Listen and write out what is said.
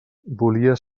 volia